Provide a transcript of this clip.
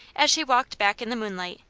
as she walked back in the moonlight,